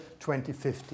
2050